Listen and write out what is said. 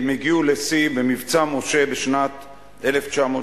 והיא הגיעה לשיא ב"מבצע משה" בשנת 1984,